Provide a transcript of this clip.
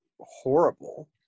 horrible